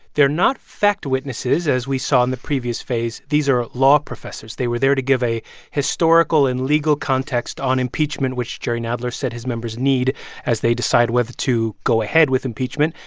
they're not fact witnesses, as we saw in the previous phase. these are law professors. they were there to give a historical and legal context on impeachment, which jerry nadler said his members need as they decide whether to go ahead with impeachment.